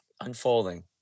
unfolding